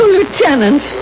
Lieutenant